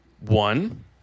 one